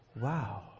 wow